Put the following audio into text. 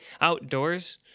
outdoors